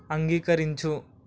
అంగీకరించు